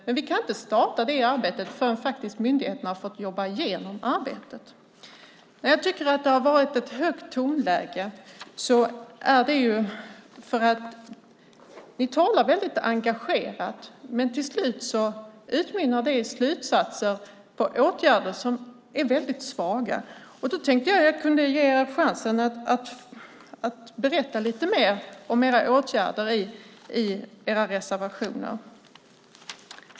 Men vi kan inte starta det arbetet förrän myndigheterna har fått jobba igenom arbetet. Det har varit ett högt tonläge. Ni talar väldigt engagerat. Men till slut utmynnar det i slutsatser om åtgärder som är väldigt svaga. Jag tänkte ge er chansen att berätta lite mer om era åtgärder i era reservationer.